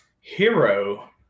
Hero